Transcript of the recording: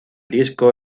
disco